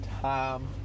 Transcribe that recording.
time